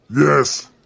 Yes